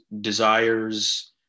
desires